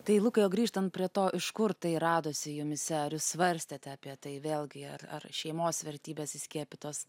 tai lukai o grįžtant prie to iš kur tai radosi jumyse ar jūs svarstėte apie tai vėlgi ar ar šeimos vertybės įskiepytos